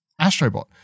astrobot